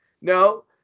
No